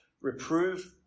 Reprove